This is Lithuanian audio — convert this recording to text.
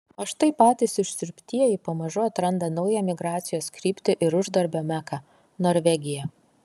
o štai patys išsiurbtieji pamažu atranda naują migracijos kryptį ir uždarbio meką norvegiją